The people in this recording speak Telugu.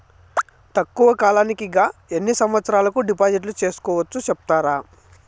తక్కువ కాలానికి గా ఎన్ని సంవత్సరాల కు డిపాజిట్లు సేసుకోవచ్చు సెప్తారా